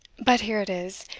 but here it is,